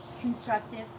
constructive